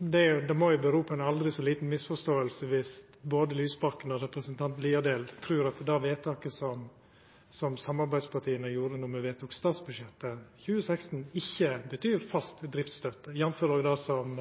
det må jo vera ei aldri så lita misforståing viss både Lysbakken og representanten Haukeland Liadal trur at det vedtaket som samarbeidspartia gjorde då me vedtok statsbudsjettet for 2016, ikkje betyr fast driftsstøtte, jf. òg det som